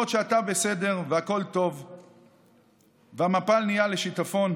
לצחוקים סביב השולחן, לבגדים ומגבות על הרצפה.